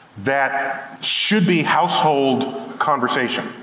that should be household conversation,